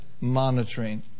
monitoring